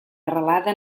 arrelada